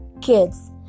kids